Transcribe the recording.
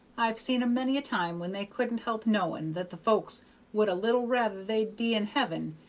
i've seen em many a time when they couldn't help knowing that the folks would a little rather they'd be in heaven,